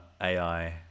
AI